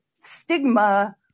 stigma